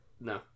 No